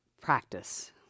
practice